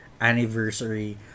anniversary